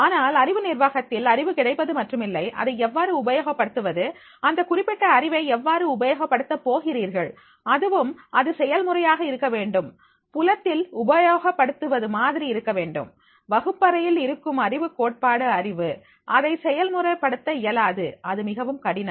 ஆனால் அறிவு நிர்வாகத்தில் அறிவு கிடைப்பது மட்டுமில்லை அதை எவ்வாறு உபயோகப்படுத்துவது அந்த குறிப்பிட்ட அறிவை எவ்வாறு உபயோக படுத்த போகிறீர்கள் அதுவும் அது செயல்முறையாக இருக்க வேண்டும் புலத்தில் உபயோகப்படுத்தவது மாதிரி இருக்க வேண்டும் வகுப்பறையில் இருக்கும் அறிவு கோட்பாடு அறிவு அதை செயல்முறை படுத்த இயலாது அது மிகவும் கடினம்